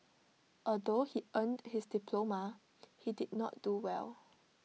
although he earned his diploma he did not do well